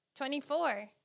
24